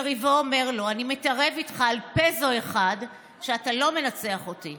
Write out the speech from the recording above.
יריבו אומר לו: 'אני מתערב איתך על פסו אחד שאתה לא מנצח אותי'.